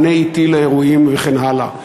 מענה אטי לאירועים וכן הלאה.